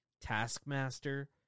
Taskmaster